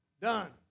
done